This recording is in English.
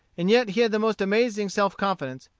and yet he had the most amazing self-confidence,